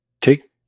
take